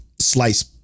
Slice